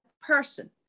person